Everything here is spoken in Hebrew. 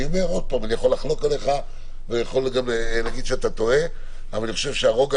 אני יכול לחלוק עליך ולהגיד שאתה טועה אבל אני חושב שהרוגע